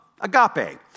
agape